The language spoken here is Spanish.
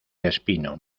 espino